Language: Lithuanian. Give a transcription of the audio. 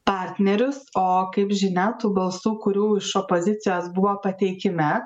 partnerius o kaip žinia tų balsų kurių iš opozicijos buvo pateikime